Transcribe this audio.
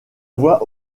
voix